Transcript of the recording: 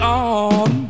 on